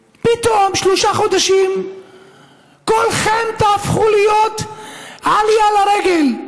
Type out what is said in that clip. פתאום, שלושה חודשים כולכם תהפכו לאתר עלייה לרגל,